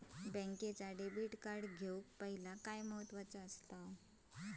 बँकेचा debit card घेउक पाहिले काय महत्वाचा असा?